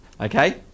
okay